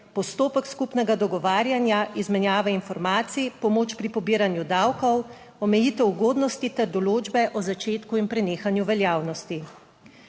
postopek skupnega dogovarjanja, izmenjave informacij, pomoč pri pobiranju davkov, omejitev ugodnosti ter določbe o začetku in prenehanju veljavnosti.